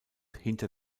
hinter